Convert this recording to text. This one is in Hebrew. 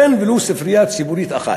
אין ולו ספרייה ציבורית אחת.